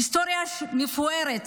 היסטוריה מפוארת,